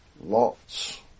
Lot's